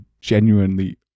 genuinely